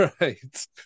right